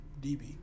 DB